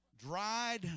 Dried